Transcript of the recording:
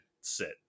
sit